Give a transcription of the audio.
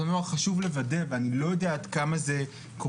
הנוער חשוב לוודא ואני לא יודע עד כמה זה קורה